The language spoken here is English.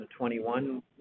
2021